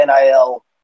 NIL